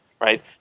right